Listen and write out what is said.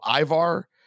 Ivar